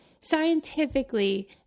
Scientifically